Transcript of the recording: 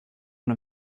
one